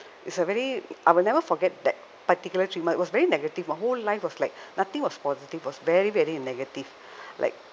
it's a very I will never forget that particular treatment it was very negative my whole life was like nothing was positive was very very negative like